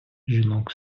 жінок